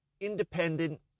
independent